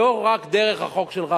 לא רק דרך החוק שלך,